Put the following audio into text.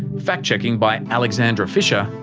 fact checking by alexandra fisher.